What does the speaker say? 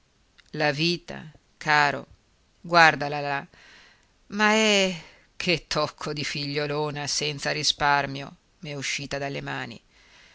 la vita caro guardala là ma eh che tocco di figliolona senza risparmio m'è uscita dalle mani